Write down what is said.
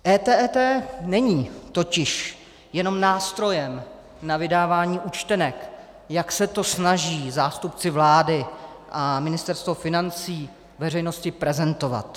EET není totiž jenom nástrojem na vydávání účtenek, jak se to snaží zástupci vlády a Ministerstvo financí veřejnosti prezentovat.